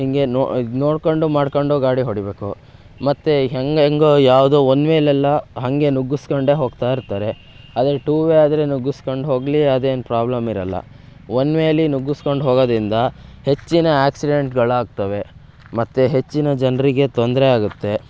ಹೀಗೆ ನೋ ಇದು ನೋಡ್ಕೊಂಡು ಮಾಡ್ಕೊಂಡು ಗಾಡಿ ಹೊಡಿಬೇಕು ಮತ್ತು ಹೆಂಗೆ ಹೇಗೋ ಯಾವುದೋ ಒನ್ ವೇಲೆಲ್ಲ ಹಾಗೆ ನುಗ್ಗಿಸ್ಕೊಂಡೇ ಹೋಗ್ತಾ ಇರ್ತಾರೆ ಆದರೆ ಟೂ ವೇ ಆದರೆ ನುಗ್ಗುಸ್ಕಂಡು ಹೋಗಲಿ ಅದೇನು ಪ್ರಾಬ್ಲಮ್ ಇರಲ್ಲ ಒನ್ ವೇಲಿ ನುಗ್ಗುಸ್ಕೊಂಡು ಹೋಗೋದ್ರಿಂದ ಹೆಚ್ಚಿನ ಆಕ್ಸಿಡೆಂಟ್ಗಳಾಗ್ತವೆ ಮತ್ತು ಹೆಚ್ಚಿನ ಜನರಿಗೆ ತೊಂದರೆ ಆಗುತ್ತೆ